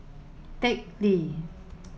Teck Lee